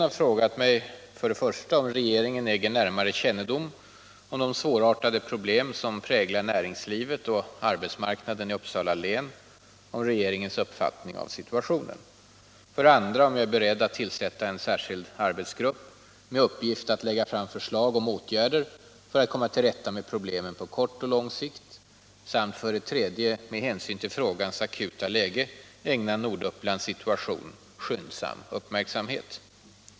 Herr Alsén har frågat mig 1. om regeringen äger närmare kännedom om de svårartade problem som präglar näringslivet och arbetsmarknaden i Uppsala län och om regeringens uppfattning av situationen, 2. om jag är beredd att tillsätta en särskild arbetsgrupp med uppgift att lägga fram förslag om åtgärder för att komma till rätta med problemen på kort och lång sikt samt 3. om jag är beredd att med hänsyn till frågans akuta läge ägna Nordupplands situation skyndsam uppmärksamhet.